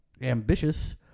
ambitious